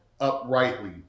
uprightly